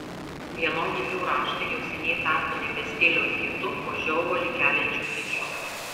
vienodi jų raštai jau seniai tapo nebe stiliaus hitu o žiovulį keliančiu kiču